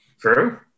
True